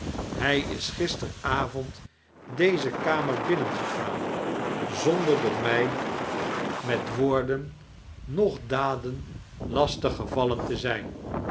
hrj is gisterea avond daze kamer binnengegaan zonder door mij met woarden noch daden lastig gevallen te zijn